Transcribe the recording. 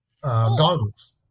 goggles